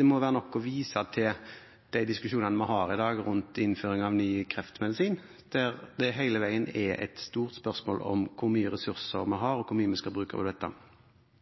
Det må være nok å vise til de diskusjonene vi har i dag rundt innføring av ny kreftmedisin, der det hele veien er et stort spørsmål om hvor mye ressurser vi har, og hvor mye vi skal bruke på dette.